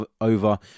over